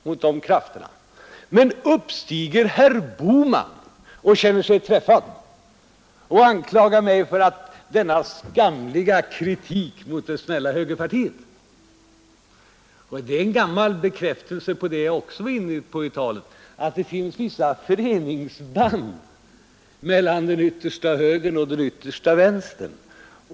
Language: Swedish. Men då uppsteg herr Bohman, som kände sig träffad, och anklagade mig för denna skamliga kritik mot det snälla högerpartiet! Det är ju en bekräftelse på den gamla sanning, som jag också var inne på i mitt anförande, nämligen att det finns vissa föreningsband mellan den yttersta högern och den yttersta vänstern.